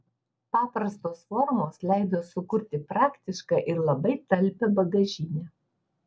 paprastos formos leido sukurti praktišką ir labai talpią bagažinę